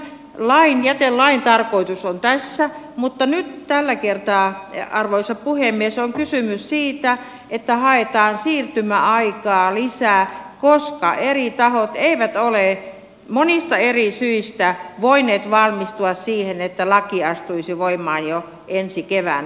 tämän jätelain tarkoitus on tässä mutta nyt tällä kertaa arvoisa puhemies on kysymys siitä että haetaan siirtymäaikaa lisää koska eri tahot eivät ole monista eri syistä voineet valmistautua siihen että laki astuisi voimaan jo ensi keväänä